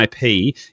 IP